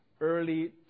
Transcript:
Early